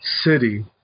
City